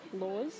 laws